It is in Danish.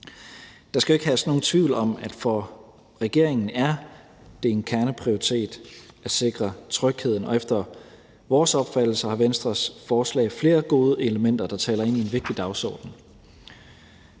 Der skal ikke herske nogen tvivl om, at for regeringen er det en kerneprioritet at sikre tryghed, og efter vores opfattelse har Venstres forslag flere gode elementer, der taler ind i en vigtig dagsorden.